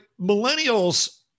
millennials